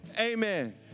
amen